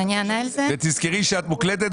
תזכרי שאת מוקלטת,